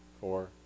four